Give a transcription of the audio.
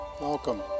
Welcome